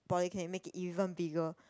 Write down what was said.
polyclinic make it even bigger